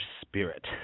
spirit